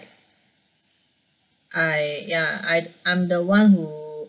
I ya I I'm the one who